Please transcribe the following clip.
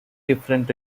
different